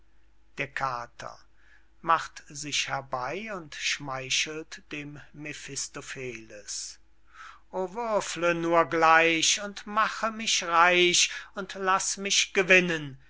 der kater macht sich herbey und schmeichelt dem mephistopheles o würfle nur gleich und mache mich reich und laß mich gewinnen